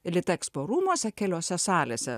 litexpo rūmuose keliose salėse